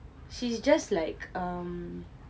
she's just like um